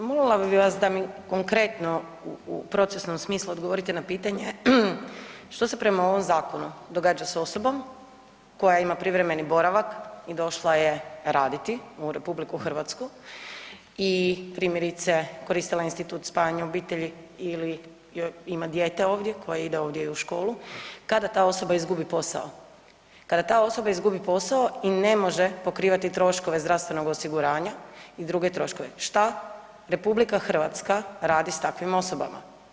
Pa molila bih vas da mi konkretno u procesnom smislu odgovorite na pitanje što se prema ovom zakonu događa s osobom koja ima privremeni boravak i došla je raditi u RH i primjerice koristila institut spajanja obitelji ili ima dijete ovdje koje ide ovdje i u školu, kada ta osoba izgubi posao, kada ta osoba izgubi posao i ne može pokrivati troškove zdravstvenog osiguranja i druge troškove, šta RH radi s takvim osobama?